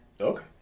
Okay